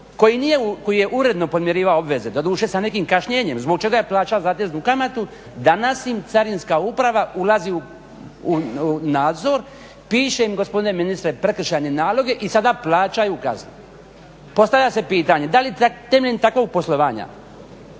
koji je uredno podmirivao obveze, doduše sa nekim kašnjenjem zbog čega je plaćao zateznu kamatu danas im Carinska uprava ulazi u nadzor, piše im gospodine ministre prekršajne naloge i sada plaćaju kazne. Postavlja se pitanje da li temeljem takvog poslovanja